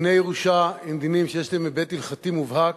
דיני ירושה הם דינים שיש להם היבט הלכתי מובהק,